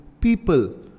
people